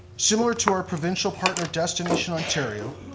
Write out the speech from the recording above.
similar to our provincial partner, destination ontario,